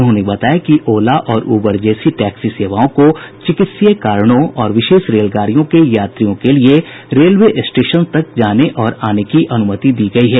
उन्होंने बताया कि ओला और उबर जैसी टैक्सी सेवाओं को चिकित्सीय कारणों और विशेष रेलगाड़ियों के यात्रियों के लिए रेलवे स्टेशन तक जाने और आने की अनुमति दी गयी है